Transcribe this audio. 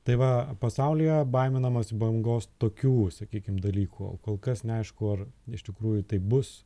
tai va pasaulyje baiminamasi bangos tokių sakykim dalykų o kol kas neaišku ar iš tikrųjų tai bus